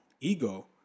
ego